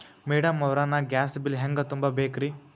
Madam ಅವ್ರ, ನಾ gas bill ಹೆಂಗ ತುಂಬಾ ಬೇಕ್ರಿ?